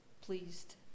pleased